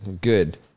Good